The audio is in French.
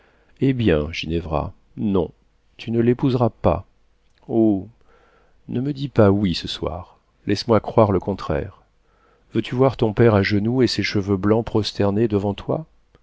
eh bien ginevra non tu ne l'épouseras pas oh ne me dis pas oui ce soir laisse-moi croire le contraire veux-tu voir ton père à genoux et ses cheveux blancs prosternés devant toi